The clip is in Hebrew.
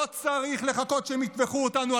לא צריך לחכות שהם יטבחו אותנו,